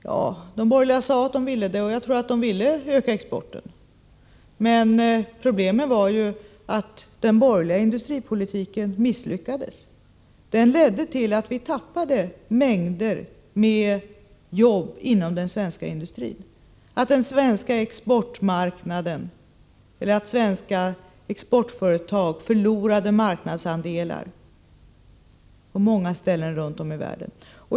Ja, de borgerliga regeringarna sade att de ville öka exporten, och det ville de nog också. Men problemet var att den borgerliga industripolitiken misslyckades. Den ledde till att den svenska industrin tappade mängder av jobb och att svenska exportföretag förlorade marknadsandelar på många ställen runt om i världen.